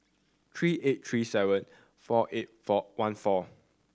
three eight three seven four eight four one four